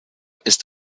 ist